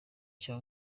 cya